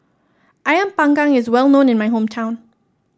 ayam panggang is well known in my hometown